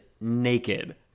naked